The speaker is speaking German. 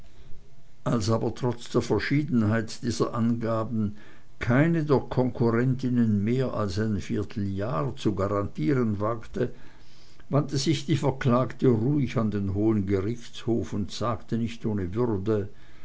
als aber trotz der verschiedenheit dieser angaben keine der konkurrentinnen mehr als ein vierteljahr zu garantieren wagte wandte sich die verklagte ruhig an den hohen gerichtshof und sagte nicht ohne würde